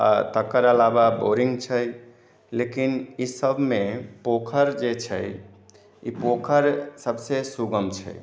आ तकर अलावा बोरिंग छै लेकिन ई सबमे पोखरि जे छै ई पोखरि सबसे सुगम छै